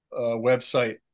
website